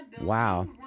Wow